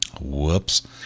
Whoops